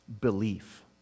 belief